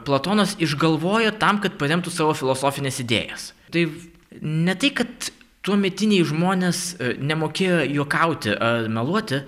platonas išgalvojo tam kad paremtų savo filosofines idėjas tai ne tai kad tuometiniai žmonės nemokėjo juokauti ar meluoti